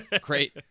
Great